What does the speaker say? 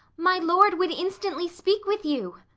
my lord would instantly speak with you.